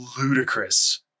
ludicrous